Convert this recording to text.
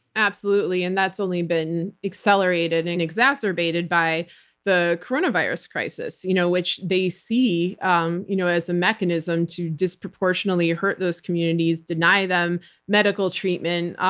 absolutely, and that's only been accelerated and exacerbated by the coronavirus crisis, you know which they see um you know as a mechanism to disproportionately hurt those communities, deny them medical treatment,